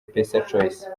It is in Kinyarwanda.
pesachoice